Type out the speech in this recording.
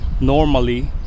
normally